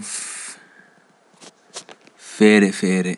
Feere feere,